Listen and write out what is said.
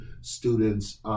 students